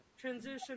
transition